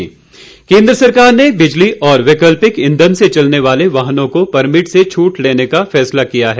ई वाहन केंद्र सरकार ने बिजली और वैक्लिपक इंधन से चलने वाले वाहनों को परमिट से छूट लेने का फैसला किया है